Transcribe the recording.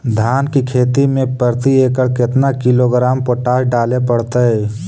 धान की खेती में प्रति एकड़ केतना किलोग्राम पोटास डाले पड़तई?